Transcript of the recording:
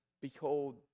behold